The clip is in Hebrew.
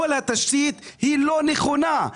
כל התשתית לא נכונה.